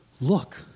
look